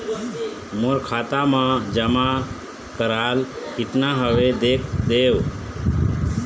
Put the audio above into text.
मोर खाता मा जमा कराल कतना हवे देख देव?